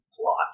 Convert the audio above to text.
plot